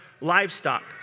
livestock